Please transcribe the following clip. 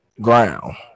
ground